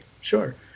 Sure